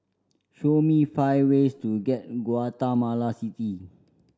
show me five ways to get in Guatemala City